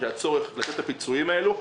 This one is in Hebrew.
את הצורך לתת את הפיצויים הללו.